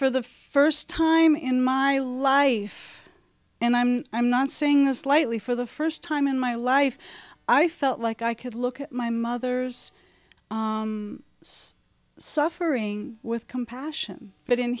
for the first time in my life and i'm i'm not saying this lightly for the first time in my life i felt like i could look at my mother's suffering with compassion but in